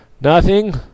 Nothing